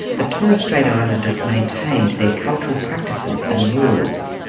the torres strait islanders maintained their cultural practices and laws.